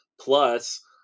plus